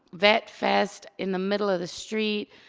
vet fest in the middle of the street.